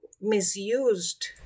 misused